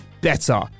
better